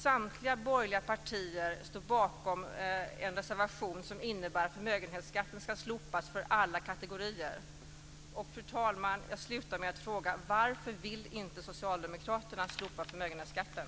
Samtliga borgerliga partier står bakom en reservation som innebär att förmögenhetsskatten ska slopas för alla kategorier. Fru talman! Jag vill avsluta med att fråga: Varför vill inte Socialdemokraterna slopa förmögenhetsskatten?